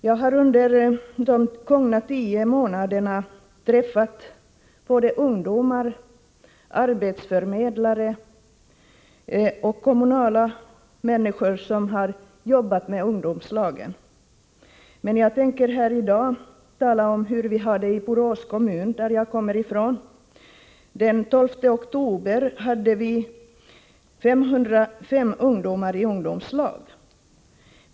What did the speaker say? Jag har under de gångna tio månaderna träffat både ungdomar i ungdomslag och arbetsförmedlare och kommunala representanter som har jobbat med ungdomslag, men jag tänker här i dag tala om hur vi har det i Borås kommun, som är min hemkommun. Den 12 oktober hade vi 505 ungdomar i ungdomslag.